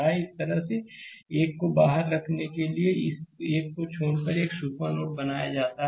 slide समय देखें 1211 तो इस एक को बाहर रखने के लिए इस एक को छोड़कर एक सुपर नोड बनाया जाता है